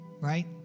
right